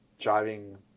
driving